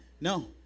No